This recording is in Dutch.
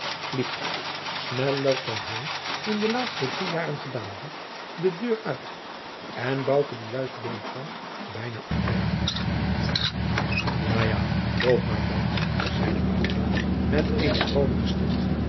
liep sneller dan hij in de laatste drie jaren gedaan had de deur uit en bouke die juist binnen kwam bijna omver ja ja loop maar veltman zeide bouke met eene vrolijke stem